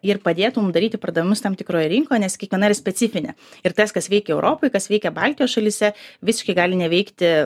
ir padėtų mum daryti pardavimus tam tikroje rinkoje nes kiekviena yra specifinė ir tas kas veikia europoj kas veikia baltijos šalyse visiškai gali neveikti